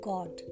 God